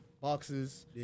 boxes